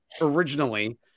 originally